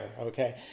okay